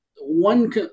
One